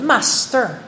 Master